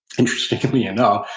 interestingly enough,